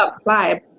apply